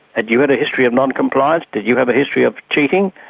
and you had a history of non-compliance, did you have a history of cheating?